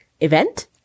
event